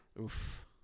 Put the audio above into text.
Oof